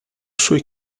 sui